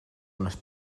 unes